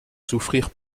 souffrir